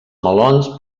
melons